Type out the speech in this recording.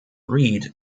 reed